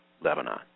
Lebanon